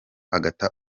agata